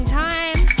time